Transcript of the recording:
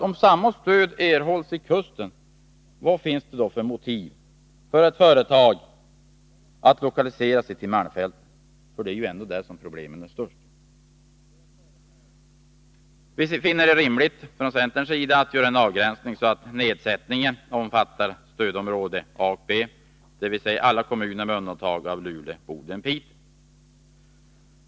Om samma stöd erhålls vid kusten, vad finns det då för motiv för ett företag att lokalisera sig till malmfälten? Det är ju ändå där som problemen är störst. Centern finner det rimligt att göra en avgränsning så att nedsättningen omfattar stödområde A och B, dvs. alla kommuner med undantag av Luleå, Boden och Piteå.